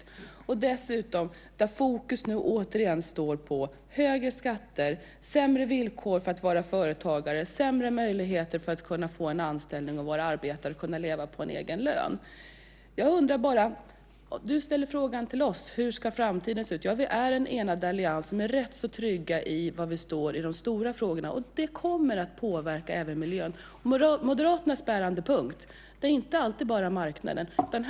Fokus står nu återigen på högre skatter, sämre villkor för företagare, sämre möjligheter att få en anställning, arbeta och leva på en egen lön. Du ställer frågan till oss om hur framtiden ska se ut. Ja, vi är en enad allians, och vi är rätt trygga i var vi står i de stora frågorna. Det kommer att påverka även miljön. Moderaternas bärande punkt är inte alltid marknaden.